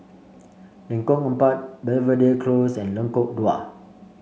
Lengkong Empat Belvedere Close and Lengkok Dua